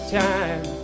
time